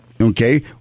Okay